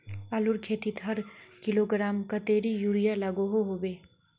आलूर खेतीत हर किलोग्राम कतेरी यूरिया लागोहो होबे?